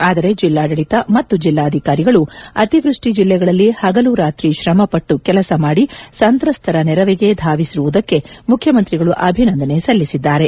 ಆದರೆ ಜಿಲ್ಲಾಡಳಿತ ಮತ್ತು ಜಿಲ್ಲಾಧಿಕಾರಿಗಳು ಅತಿವೃಷ್ಟಿ ಜಿಲ್ಲೆಗಳಲ್ಲಿ ಹಗಲು ರಾತ್ರಿ ಶ್ರಮ ಪಟ್ಟು ಕೆಲಸ ಮಾದಿ ಸಂತ್ರಸ್ತರ ನೆರವಿಗೆ ಧಾವಿಸಿರುವುದಕ್ಕೆ ಮುಖ್ಯಮಂತ್ರಿಗಳು ಅಭಿನಂದನೆ ಸಲ್ಲಿಸಿದ್ದಾರೆ